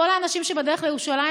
כל האנשים שבדרך לירושלים,